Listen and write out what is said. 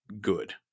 good